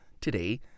today